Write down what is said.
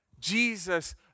Jesus